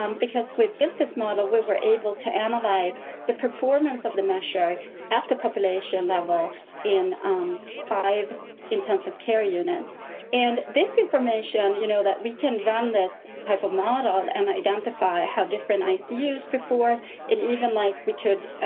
um because we've built this model where we're able to analyze the performance of the metric at the population level in um five intensive care units and this information you know that we can run this type of model and identify have different use before it. even, like, we could,